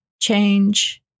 change